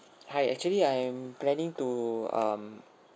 hi actually I am planning to um